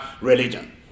religion